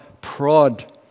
prod